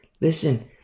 Listen